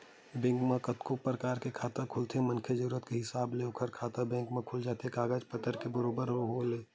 bank म कतको परकार के खाता खुलथे मनखे के जरुरत के हिसाब ले ओखर खाता बेंक म खुल जाथे कागज पतर के बरोबर होय ले